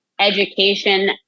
education